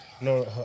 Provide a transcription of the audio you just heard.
No